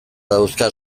dauzka